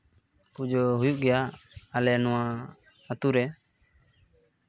ᱯᱩᱡᱟᱹ ᱦᱩᱭᱩᱜ ᱜᱮᱭᱟ ᱟᱞᱮ ᱱᱚᱣᱟ ᱟᱛᱳ ᱨᱮ